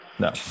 No